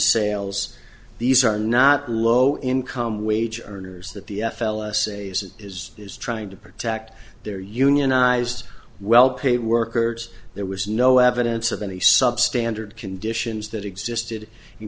sales these are not low income wage earners that the f l s a as it is is trying to protect their unionized well paid workers there was no evidence of any substandard conditions that existed in